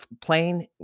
plane